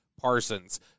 Parsons